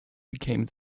became